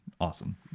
Awesome